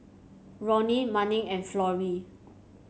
Roni Manning and Florrie